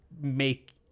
make